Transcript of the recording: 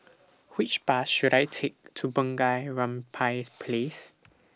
Which Bus should I Take to Bunga Rampai Place